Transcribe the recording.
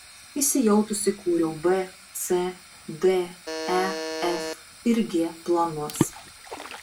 įsijautusi kūriau b c d e f ir g planus